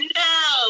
no